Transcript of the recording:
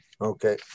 Okay